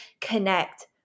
connect